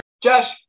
Josh